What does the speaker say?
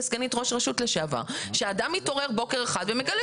כסגנית ראש רשות לשעבר שאדם מתעורר בוקר אחד ומגלה